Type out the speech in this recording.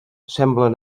semblen